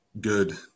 good